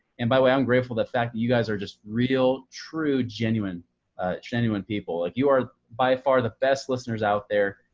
and by the way, i'm grateful the fact that you guys are just real true, genuine genuine people like you are by far the best listeners out there.